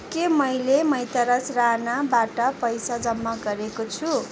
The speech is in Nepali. के मैले मैतराज राणाबाट पैसा जम्मा गरेको छु